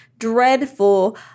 dreadful